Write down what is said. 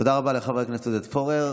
תודה רבה, לחבר הכנסת עודד פורר.